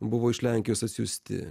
buvo iš lenkijos atsiųsti